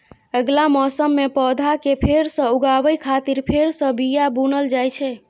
अगिला मौसम मे पौधा कें फेर सं उगाबै खातिर फेर सं बिया बुनल जाइ छै